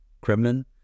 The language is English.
Kremlin